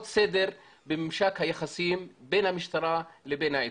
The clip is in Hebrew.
סדר בממשק היחסים בין המשטרה לבין העיתונות.